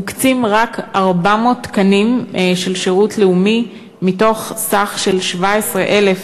מוקצים רק 400 תקנים של שירות לאומי מתוך 17,000